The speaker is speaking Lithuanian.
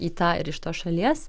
į tą ir iš tos šalies